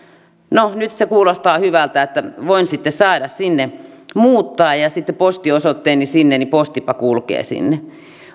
no nyt se kuulostaa hyvältä että voi sitten saada sinne muuttaa ja ja sitten postiosoitteen sinne niin postipa kulkee sinne